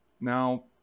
Now